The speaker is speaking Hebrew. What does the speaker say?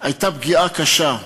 הייתה פגיעה קשה.